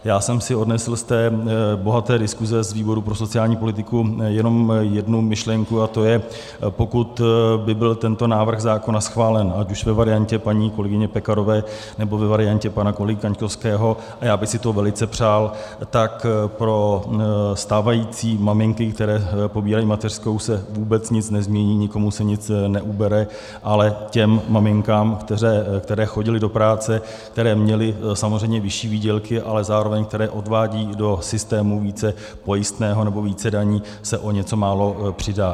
Já jsem si odnesl z té bohaté diskuze z výboru pro sociální politiku jenom jednu myšlenku, a to je, pokud by byl tento návrh zákona schválen, ať už ve variantě paní kolegyně Pekarové, nebo ve variantě pana kolegy Kaňkovského, a já bych si to velice přál, tak pro stávající maminky, které pobírají mateřskou, se vůbec nic nezmění, nikomu se nic neubere, ale těm maminkám, které chodily do práce, které měly samozřejmě vyšší výdělky, ale zároveň které odvádějí do systému více pojistného nebo více daní, se o něco málo přidá.